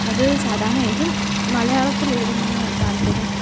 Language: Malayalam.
അത് സാധാരണ എനിക്കും മലയാളത്തിൽ എഴുതുന്നതിനോടാണ് താല്പര്യം